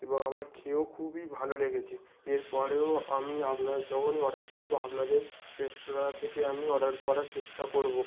এবং আমার খেয়েও খুবই ভালো লেগেছে এর পরেও আমি আপনার যখনই অর্ডার করবো আপনাদের রেস্তোরাঁ থেকে আমি অর্ডার করার চেষ্টা করবো